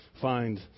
find